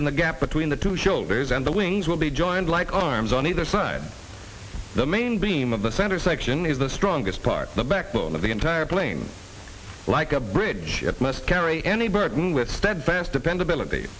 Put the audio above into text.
in the gap between the two shoulders and the wings will be joined like arms on either side the main beam of the center section is the strongest part the backbone of the entire plane like a bridge must carry any burden with steadfast dependability